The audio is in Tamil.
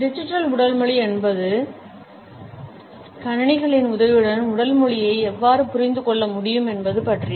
டிஜிட்டல் உடல் மொழி என்பது கணினிகளின் உதவியுடன் உடல் மொழியை எவ்வாறு புரிந்து கொள்ள முடியும் என்பது பற்றியது